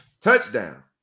touchdown